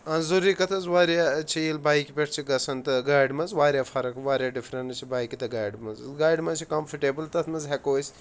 ضٔروٗری کَتھ حظ واریاہ چھَ ییٚلہِ بایکہِ پٮ۪ٹھ چھِ گژھان تہٕ گاڑِ منٛز واریاہ فرق واریاہ ڈِفرَنٕس چھَ بایکہِ تہٕ گاڑِ منٛزٕ گاڑِ منٛز چھِ کَمفٲٹیبٕل تَتھ منٛز ہٮ۪کو أسۍ